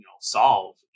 solve